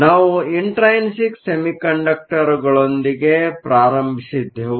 ನಾವು ಇಂಟ್ರೈನ್ಸಿಕ್ ಸೆಮಿಕಂಡಕ್ಟರ್ಗಳೊಂದಿಗೆ ಪ್ರಾರಂಭಿಸಿದ್ದೆವು